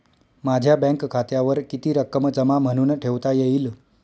माझ्या बँक खात्यावर किती रक्कम जमा म्हणून ठेवता येईल?